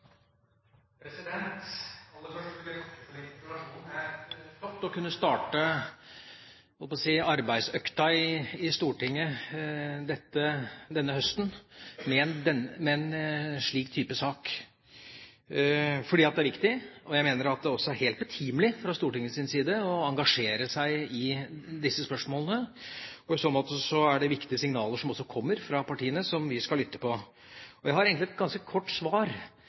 å kunne starte arbeidsøkta i Stortinget denne høsten med en slik type sak. For det er viktig, og jeg mener at det også er helt betimelig fra Stortingets side, å engasjere seg i disse spørsmålene. I så måte er det viktige signaler som også kommer fra partiene, som vi skal lytte til. Jeg har egentlig et ganske kort svar